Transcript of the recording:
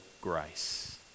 grace